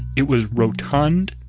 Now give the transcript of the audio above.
it was rotund,